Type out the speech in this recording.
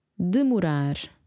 demorar